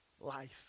Life